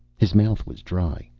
his mouth was dry.